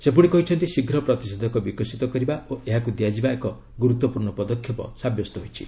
ସେ କହିଛନ୍ତି ଶୀଘ୍ର ପ୍ରତିଷେଧକ ବିକଶିତ କରିବା ଓ ଏହାକୁ ଦିଆଯିବା ଏକ ଗୁରୁତ୍ୱପୂର୍ଣ୍ଣ ପଦକ୍ଷେପ ସାବ୍ୟସ୍ତ ହୋଇଛି